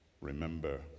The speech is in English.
remember